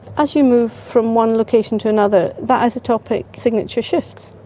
as you move from one location to another, that isotopic signature shifts,